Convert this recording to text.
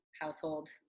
household